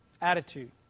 attitude